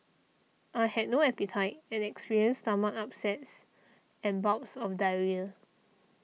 I had no appetite and experienced stomach upsets and bouts of diarrhoea